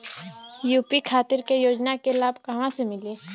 UP खातिर के योजना के लाभ कहवा से मिली?